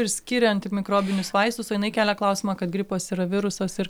ir skiria antimikrobinius vaistus o jinai kelia klausimą kad gripas yra virusas ir